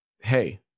hey